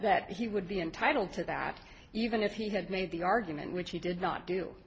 that he would be entitled to that even if he had made the argument which he did not